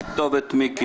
אני פותח את ישיבת הוועדה.